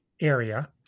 area